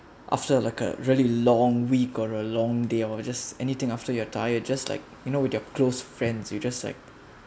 after like a really long week or a long day or just anything after you're tired just like you know with your close friends you just like